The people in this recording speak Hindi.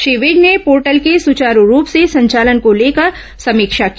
श्री विज ने पोर्टल के सुचारू रूप से संचालन को लेकर समीक्षा की